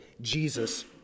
Jesus